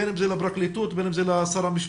בין אם זה לפרקליטות ובין אם זה לשר המשפטי,